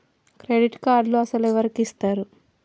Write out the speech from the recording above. Credit కార్డులు అసలు ఎవరికి ఇస్తారు?